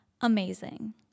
amazing